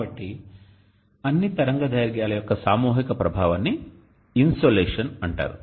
కాబట్టి అన్ని తరంగదైర్ఘ్యాల యొక్క సామూహిక ప్రభావాన్ని ఇన్సోలేషన్ అంటారు